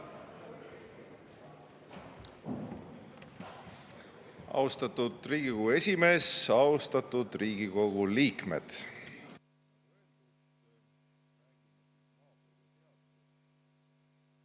Austatud Riigikogu esimees! Austatud Riigikogu liikmed!